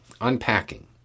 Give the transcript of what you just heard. unpacking